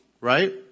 right